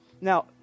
Now